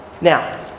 Now